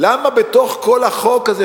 למה בתוך כל החוק הזה,